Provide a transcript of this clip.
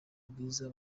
bwiza